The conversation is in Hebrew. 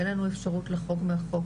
אין לנו אפשרות לחרוג מהחוק,